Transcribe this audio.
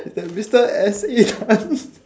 mister S A tan